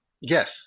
Yes